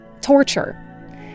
torture